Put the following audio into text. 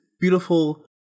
beautiful